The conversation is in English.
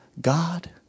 God